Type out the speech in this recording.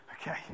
okay